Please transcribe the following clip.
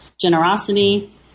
generosity